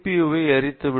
you வை எரித்து விடும்